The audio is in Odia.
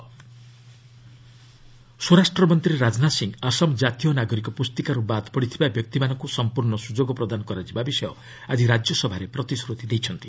ହୋମ୍ ମିନିଷ୍ଟର ସ୍ୱରାଷ୍ଟ୍ର ମନ୍ତ୍ରୀ ରାଜନାଥ ସିଂ ଆସାମ ଜାତୀୟ ନାଗରିକ ପୁସ୍ତିକାରୁ ବାଦ୍ ପଡ଼ିଥିବା ବ୍ୟକ୍ତିମାନଙ୍କୁ ସମ୍ପର୍ଶ୍ଣ ସୁଯୋଗ ପ୍ରଦାନ କରାଯିବା ବିଷୟ ଆକି ରାଜ୍ୟସଭାରେ ପ୍ରତିଶ୍ରତି ଦେଇଛନ୍ତି